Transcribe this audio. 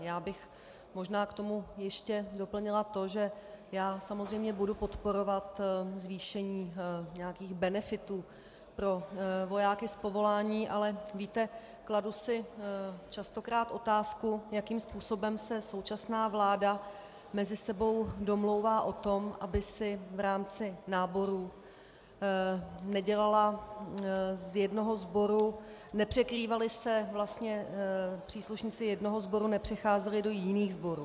Já bych možná k tomu ještě doplnila to, že samozřejmě budu podporovat zvýšení nějakých benefitů pro vojáky z povolání, ale víte, kladu si častokrát otázku, jakým způsobem se současná vláda mezi sebou domlouvá o tom, aby si v rámci náborů nedělala z jednoho sboru nepřekrývali se vlastně příslušníci jednoho sboru, nepřecházeli do jiných sborů.